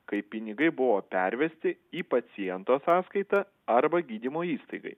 kai pinigai buvo pervesti į paciento sąskaitą arba gydymo įstaigai